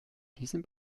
diesem